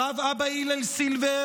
הרב אבא הלל סילבר,